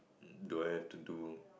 do I have to do